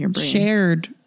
shared